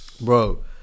bro